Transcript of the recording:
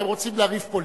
אתם רוצים לריב פוליטית,